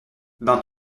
ben